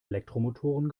elektromotoren